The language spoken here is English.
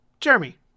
Jeremy